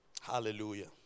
Hallelujah